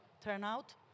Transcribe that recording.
turnout